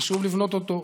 נשוב לבנות אותו,